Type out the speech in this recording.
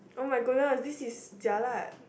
oh my goodness this is jialat